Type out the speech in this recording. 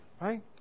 right